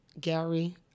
Gary